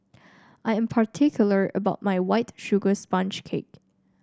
I am particular about my White Sugar Sponge Cake